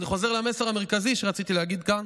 אני חוזר למסר המרכזי שרציתי להעביר כאן: